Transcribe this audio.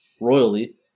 royally